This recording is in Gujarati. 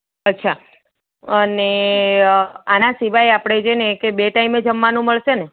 અચ્છા અને આના સિવાય આપણે છે ને બે ટાઈમે જમવાનું મળશે ને